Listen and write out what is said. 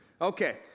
Okay